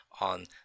on